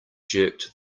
jerked